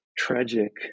tragic